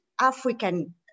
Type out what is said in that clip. African